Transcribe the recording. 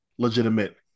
legitimate